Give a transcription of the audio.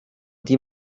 die